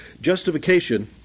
Justification